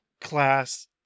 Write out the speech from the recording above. class